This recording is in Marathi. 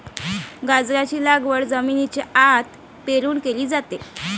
गाजराची लागवड जमिनीच्या आत पेरून केली जाते